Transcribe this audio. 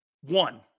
One